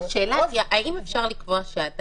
האם אפשר לקבוע שאם